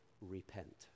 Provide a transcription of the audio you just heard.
repent